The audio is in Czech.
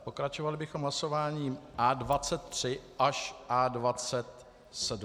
Pokračovali bychom hlasováním o A23 až A27.